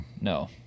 No